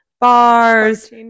bars